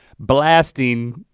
blasting